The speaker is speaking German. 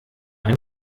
ein